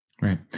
Right